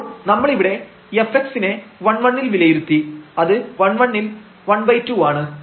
അപ്പോൾ നമ്മൾ ഇവിടെ fx നെ 11 ൽ വിലയിരുത്തി അത് 11 ൽ 12 ആണ്